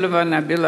אמנה בין